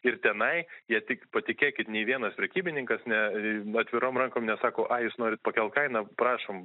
ir tenai jie tik patikėkit nei vienas prekybininkas ne atvirom rankom nesako ai jūs norit pakelt kainą prašom